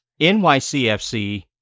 NYCFC